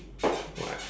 what